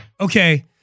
Okay